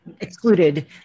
excluded